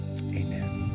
amen